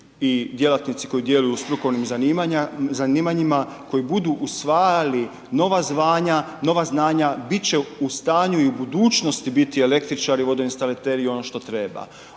i djelatnici koji djeluju u strukovnim zanimanjima, koji budu usvajali nova zvanja, nova znanja, bit će u stanju i u budućnosti biti električari, vodoinstalateri i ono što treba.